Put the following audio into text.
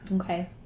Okay